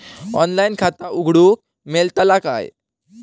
Online खाता उघडूक मेलतला काय?